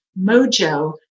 mojo